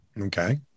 Okay